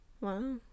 Wow